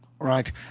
Right